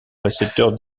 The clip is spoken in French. récepteur